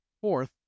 fourth